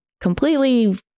completely